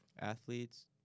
Athletes